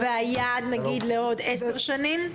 ומה היעד לעוד עשר שנים?